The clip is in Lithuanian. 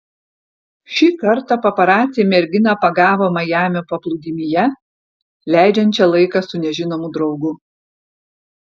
šį kartą paparaciai merginą pagavo majamio paplūdimyje leidžiančią laiką su nežinomu draugu